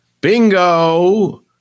bingo